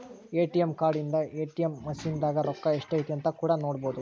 ATM card ಇಂದ ATM machine ದಾಗ ರೊಕ್ಕ ಎಷ್ಟೈತೆ ಅಂತ ಕೂಡ ನೊಡ್ಬೊದು